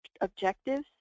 objectives